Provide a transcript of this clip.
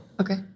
Okay